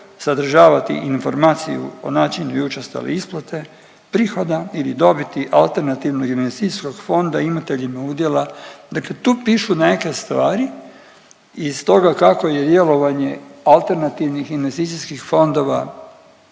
sadržavati informaciju o načinu i učestali isplate, prihoda ili dobiti alternativnog investicijskog fonda imateljima udjela. Dakle tu pišu nekakve stvari iz toga kako je djelovanje alternativnih investicijskih fondova